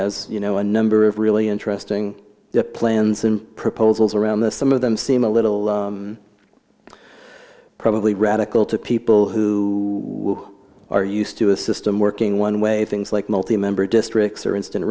has you know a number of really interesting plans and proposals around this some of them seem a little probably radical to people who are used to a system working one way things like multimember districts or instant